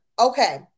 Okay